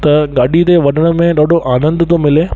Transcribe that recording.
त गाॾी ते वञण में ॾाढो आनंद थो मिले